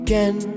Again